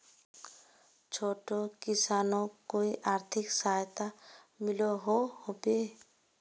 छोटो किसानोक कोई आर्थिक सहायता मिलोहो होबे?